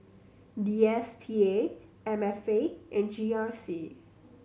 D S T A M F A and G R C